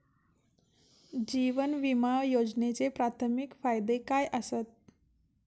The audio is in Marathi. जीवन विमा योजनेचे प्राथमिक फायदे काय आसत?